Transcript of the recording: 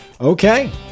Okay